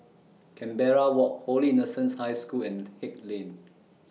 Canberra Walk Holy Innocents' High School and Haig Lane